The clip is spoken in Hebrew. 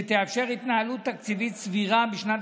שתאפשר התנהלות תקציבית סבירה בשנת